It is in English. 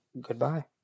Goodbye